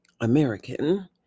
American